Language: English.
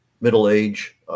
middle-age